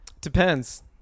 Depends